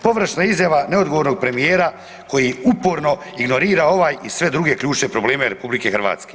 Površna izjava neodgovornog premijera koji uporno ignorira ovaj i sve druge ključne probleme RH.